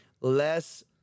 less